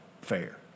fair